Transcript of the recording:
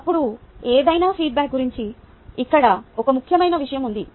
ఇప్పుడు ఏదైనా ఫీడ్బ్యాక్ గురించి ఇక్కడ ఒక ముఖ్యమైన విషయం ఉంది